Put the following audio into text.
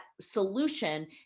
solution